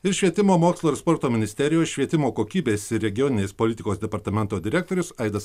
ir švietimo mokslo ir sporto ministerijos švietimo kokybės ir regioninės politikos departamento direktorius aidas